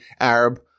Arab